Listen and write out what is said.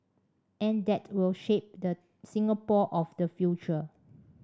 and that will shape the Singapore of the future